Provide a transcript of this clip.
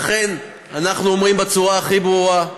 לכן אנחנו אומרים בצורה הכי ברורה,